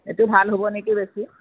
এইটো ভাল হ'ব নেকি বেছি